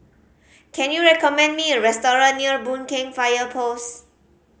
can you recommend me a restaurant near Boon Keng Fire Post